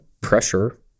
pressure